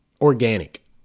organic